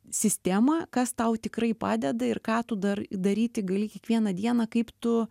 sistemą kas tau tikrai padeda ir ką tu dar daryti gali kiekvieną dieną kaip tu